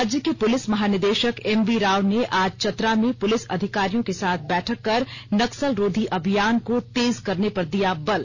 राज्य के पुलिस महानिदेशक एम वी राव ने आज चतरा मे पुलिस अधिकारियों के साथ बैठक कर नक्सलरोधी अभियान को तेज करने पर दिया बल